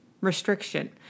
restriction